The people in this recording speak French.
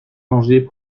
manger